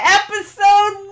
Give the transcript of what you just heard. episode